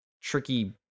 tricky